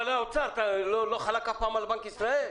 האוצר אף פעם לא חלק על בנק ישראל?